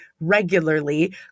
regularly